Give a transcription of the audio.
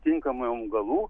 tinkamų augalų